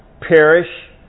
perish